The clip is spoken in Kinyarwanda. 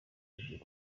bagiye